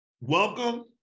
Welcome